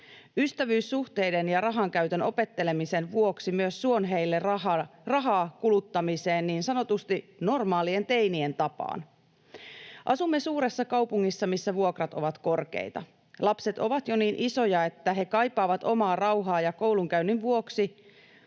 Ystävyyssuhteiden ja rahankäytön opettelemisen vuoksi myös suon heille rahaa kuluttamiseen niin sanotusti normaalien teinien tapaan. Asumme suuressa kaupungissa, missä vuokrat ovat korkeita. Lapset ovat jo niin isoja, että he kaipaavat omaa rauhaa ja jo koulunkäynnin vuoksi,